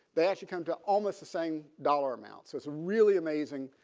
they actually come to almost the same dollar amount. so it's a really amazing